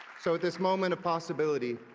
so this moment of possibility,